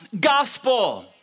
gospel